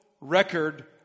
record